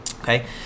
okay